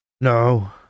No